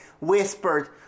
whispered